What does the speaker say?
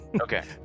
okay